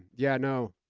yeah, no.